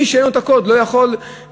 מי שאין לו הקוד לא יכול לגלוש,